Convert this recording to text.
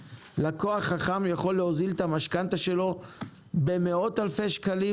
לקוח חכם יכול להוזיל את המשכנתא שלו במאות אלפי שקלים